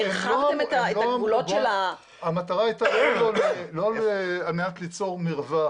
הרחבתם את הגבולות של ה --- המטרה הייתה לא על מנת ליצור מרווח